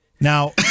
Now